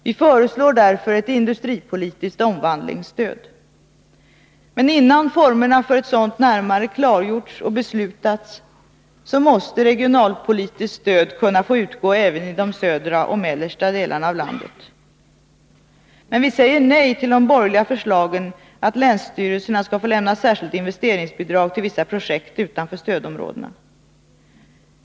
Vi föreslår därför ett industripolitiskt omvandlingsstöd. Men innan formerna för ett sådant närmare har klargjorts och beslutats måste regionalpolitiskt stöd kunna få utgå även i de södra och mellersta delarna av landet. Men vi säger nej till de borgerliga förslagen att länsstyrelserna skall få lämna särskilt investeringsbidrag till vissa projekt utanför stödområdena.